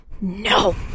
no